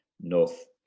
north